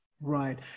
Right